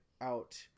out